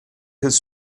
his